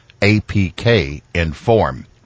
APK-Inform